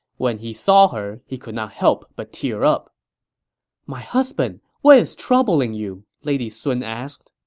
when he saw her, he could not help but tear up my husband, what is troubling you? lady sun asked